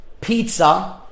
pizza